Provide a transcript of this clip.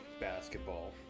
basketball